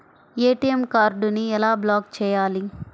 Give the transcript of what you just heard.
ATM కార్డుని ఎలా block చేయాలి?